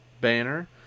banner